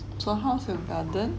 so how's your garden